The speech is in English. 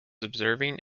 observing